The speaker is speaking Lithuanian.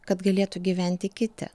kad galėtų gyventi kiti